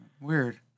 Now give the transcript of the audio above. Weird